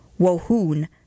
Wohun